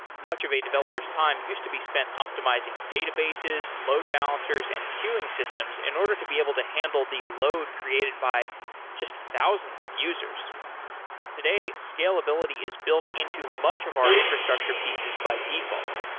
much of a developer's time used to be spent optimizing databases, load balancers and queuing systems in order to be able to handle the load created by just thousands of users today, scalability is built into much of our infrastructure pieces by default.